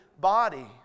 body